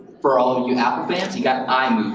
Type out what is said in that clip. for all of you apple fans, you got